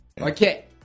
Okay